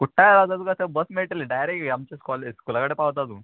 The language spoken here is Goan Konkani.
कुठ्ठाळी तुका बस मेळटलें डायरेक्ट आमचे स्ले स्कुला कडेन पावता तूं